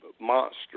monster